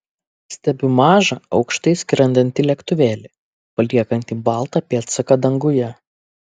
stebiu mažą aukštai skrendantį lėktuvėlį paliekantį baltą pėdsaką danguje